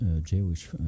Jewish